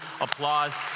applause